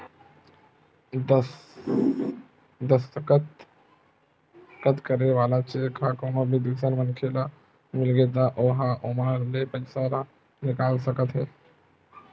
दस्कत करे वाला चेक ह कोनो भी दूसर मनखे ल मिलगे त ओ ह ओमा ले पइसा ल निकाल सकत हे